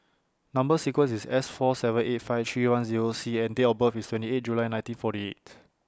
Number sequence IS S four seven eight five three one Zero C and Date of birth IS twenty eight July nineteen forty eight